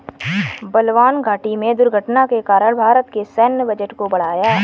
बलवान घाटी में दुर्घटना के कारण भारत के सैन्य बजट को बढ़ाया